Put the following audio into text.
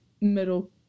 middle